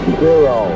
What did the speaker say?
zero